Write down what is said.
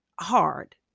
hard